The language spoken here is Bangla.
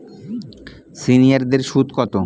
সিনিয়ারদের সুদ কত?